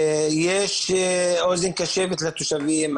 יש אוזן קשבת לתושבים.